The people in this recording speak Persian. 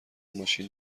ماشین